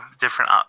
different